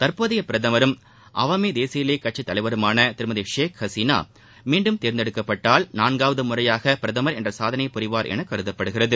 தற்போதைய பிரதமரும் அவாமி தேசிய லீக் கட்சித் தலைவருமான திருமதி ஷேக் ஹசினா மீண்டும் தேர்ந்தெடுக்கப்பட்டால் நான்காவது முறையாக பிரதமர் என்ற சாதனையைப் புரிவார் என கருதப்படுகிறது